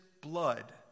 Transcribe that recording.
blood